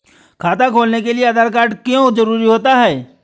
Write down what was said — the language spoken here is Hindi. खाता खोलने के लिए आधार कार्ड क्यो जरूरी होता है?